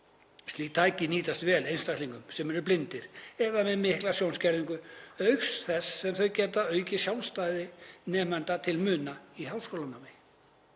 Slík tæki nýtast vel einstaklingum sem eru blindir eða með mikla sjónskerðingu, auk þess sem þau geta aukið sjálfstæði nemenda til muna í háskólanámi.